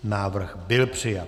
Návrh byl přijat.